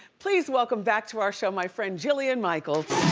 please welcome back to our show, my friend jillian michaels.